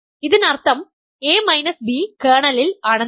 ഇതിനർത്ഥം a b കേർണലിൽ ആണെന്നാണ്